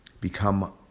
become